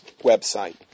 website